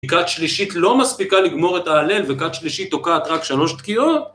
קת שלישית לא מספיקה לגמור את ההלל וקת שלישית תוקעת רק 3 תקיעות?